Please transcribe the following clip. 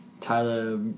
Tyler